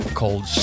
called